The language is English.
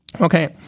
Okay